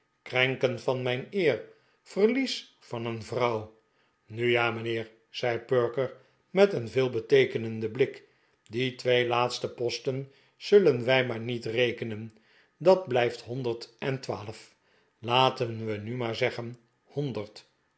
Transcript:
krenken van mijn eer verlies van een vrouw nu ja mijnheer zei perker met een veelbeteekenenden blik die twee laatste posteh zullen wij maar met rekenen dat blijft honderd en twaalf laten we nu maar zeggen honderd